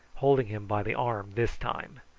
holding him by the arm this time.